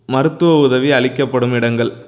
மருத்துவ உதவி அளிக்கப்படும் இடங்கள்